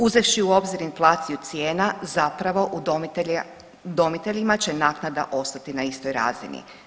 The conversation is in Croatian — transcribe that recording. Uzevši u obzir inflaciju cijena, zapravo udomiteljima će naknada ostati na istoj razini.